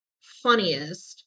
funniest